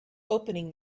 opening